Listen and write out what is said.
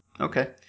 Okay